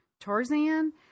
Tarzan